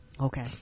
okay